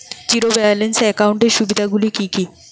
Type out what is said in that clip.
Zero balance একাউন্টের সুবিধা গুলি কি কি?